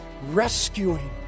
rescuing